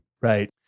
Right